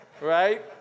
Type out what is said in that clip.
Right